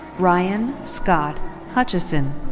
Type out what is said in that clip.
ryan scott hutcheson.